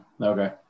Okay